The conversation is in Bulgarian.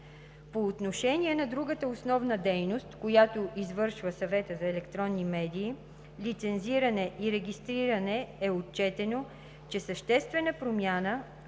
По отношение на другата основна дейност, която извършва СЕМ – лицензиране и регистриране, е отчетено, че съществена промяна